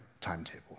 timetable